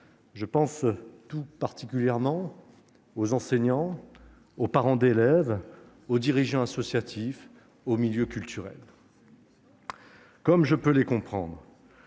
Je pense tout particulièrement aux enseignants, aux parents d'élèves, aux dirigeants associatifs, aux acteurs du milieu culturel. Comme je peux les comprendre